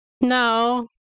No